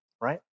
right